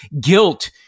guilt